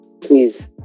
please